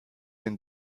den